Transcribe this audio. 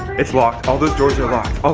its locked, all those doors are locked. oh,